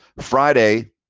Friday